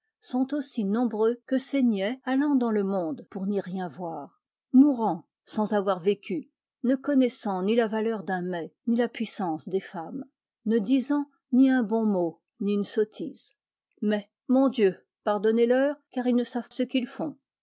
sont aussi nombreux que ces niais allant dans le monde pour n'y rien voir mourant sans avoir vécu ne connaissant ni la valeur d'un mets ni la puissance des femmes ne disant ni un bon mot ni une sottise mais mon dieu pardonnez leur car ils ne savent ce qu'ils font